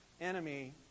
enemy